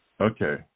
Okay